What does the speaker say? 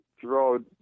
throughout